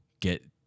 get